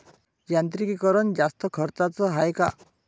यांत्रिकीकरण जास्त खर्चाचं हाये का?